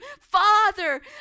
Father